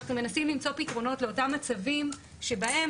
אנחנו מנסים למצוא פתרונות לאותם מצבים שבהם